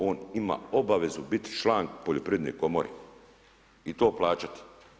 On ima obavezu biti član Poljoprivredne komore i to plaćati.